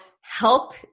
help